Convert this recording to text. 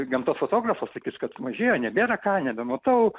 gamtos fotografo sakys kad sumažėjo nebėra ką nebematau